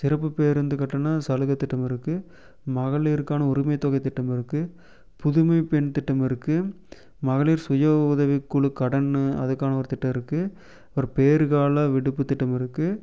சிறப்பு பேருந்து கட்டண சலுகை திட்டம் இருக்கு மகளிருக்கான உரிமை தொகை திட்டம் இருக்கு புதுமை பெண் திட்டம் இருக்கு மகளிர் சுயஉதவி குழு கடன்னு அதுக்கான ஒரு திட்டம் இருக்கு அப்புறம் பேறுகால விடுப்பு திட்டம் இருக்கு